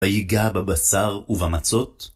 ויגע בבשר ובמצות?